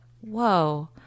whoa